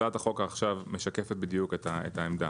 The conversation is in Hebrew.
הצעת החוק עכשיו משקפת בדיוק את העמדה.